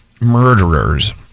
murderers